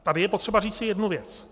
Tady je potřeba říci jednu věc.